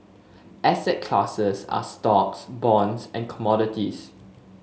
asset classes are stocks bonds and commodities